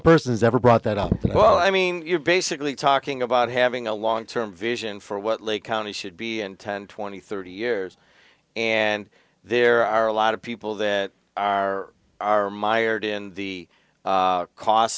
person's ever brought that up well i mean you're basically talking about having a long term vision for what lake county should be and ten twenty thirty years and there are a lot of people that are are mired in the costs